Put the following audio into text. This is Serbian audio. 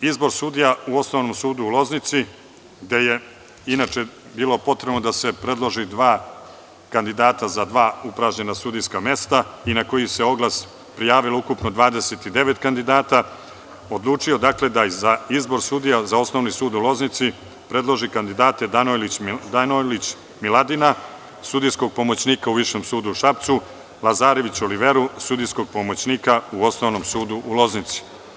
izbor sudija u Osnovnom sudu u Loznici, gde je inače bilo potrebno da se predlože dva kandidata za dva upražnjena sudijska mesta i na koji se oglas prijavilo ukupno 29 kandidata, odlučio da za izbor sudija za Osnovni sud u Loznici predloži kandidate Danojlić Miladina, sudijskog pomoćnika u Višem sudu u Šapcu i Lazarević Oliveru, sudijskog pomoćnika u Osnovnom sudu u Loznici.